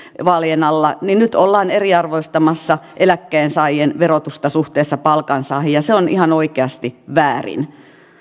vaalien alla ollaan eriarvoistamassa eläkkeensaajien verotusta suhteessa palkansaajiin ja se on ihan oikeasti väärin